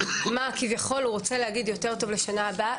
מה כביכול הוא רוצה להגיד שיוכל לעבוד טוב יותר בשנה הבאה.